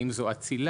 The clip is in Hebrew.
האם זו אצילה,